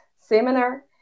seminar